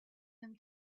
him